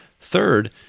Third